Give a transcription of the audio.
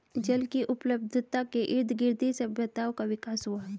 जल की उपलब्धता के इर्दगिर्द ही सभ्यताओं का विकास हुआ